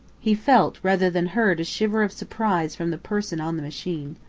he felt rather than heard a shiver of surprise from the person on the machine.